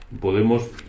podemos